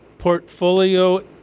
Portfolio